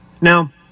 Now